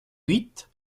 huit